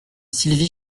sylvie